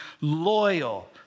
loyal